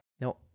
No